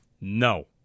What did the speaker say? No